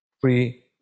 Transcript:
free